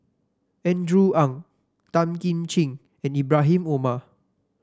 Andrew Ang Tan Kim Ching and Ibrahim Omar